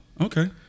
Okay